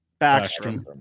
backstrom